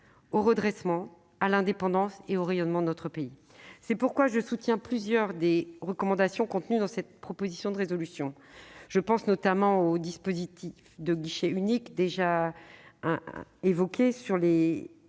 au redressement, à l'indépendance et au rayonnement de notre pays. Très bien ! C'est pourquoi je soutiens plusieurs des recommandations contenues dans cette proposition de résolution. Je pense notamment au dispositif, déjà évoqué, de